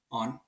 on